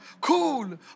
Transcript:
cool